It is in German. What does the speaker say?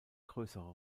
größere